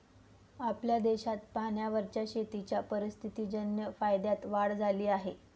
आपल्या देशात पाण्यावरच्या शेतीच्या परिस्थितीजन्य फायद्यात वाढ झाली आहे